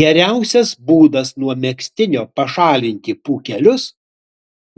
geriausias būdas nuo megztinio pašalinti pūkelius